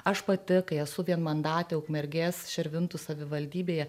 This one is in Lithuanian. aš pati kai esu vienmandatė ukmergės širvintų savivaldybėje